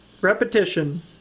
Repetition